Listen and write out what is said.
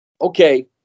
Okay